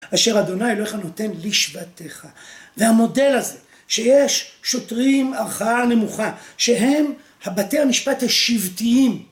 אשר אדוני אלוהיך נותן לשבטך, והמודל הזה שיש שוטרים ערכאה נמוכה שהם הבתי משפט השבטיים